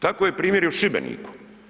Tako je primjer i u Šibeniku.